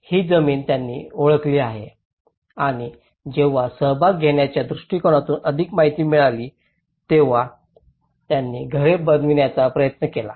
ही जमीन त्यांनी ओळखली आहे आणि जेव्हा सहभाग घेण्याच्या दृष्टीकोनातून अधिक माहिती मिळाली तेव्हा त्यांनी घरे बनविण्याचा प्रयत्न केला